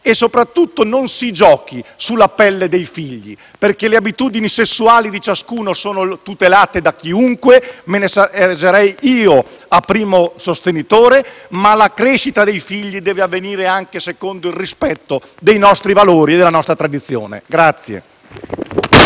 Soprattutto, che non si giochi sulla pelle dei figli, perché le abitudini sessuali di ciascuno sono tutelate da chiunque, e ne sono io il primo sostenitore, ma la crescita dei figli deve avvenire anche secondo il rispetto dei nostri valori, della nostra tradizione.